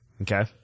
Okay